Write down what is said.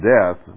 death